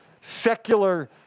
secular